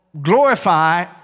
glorify